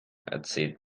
erzählt